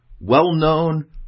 well-known